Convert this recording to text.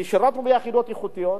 שירתנו ביחידות איכותיות,